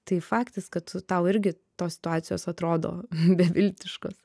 tai faktas kad tu tau irgi tos situacijos atrodo beviltiškos